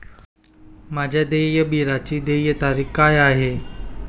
माझ्या देय बिलाची देय तारीख काय आहे?